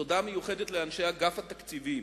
תודה מיוחדת לאנשי אגף התקציבים,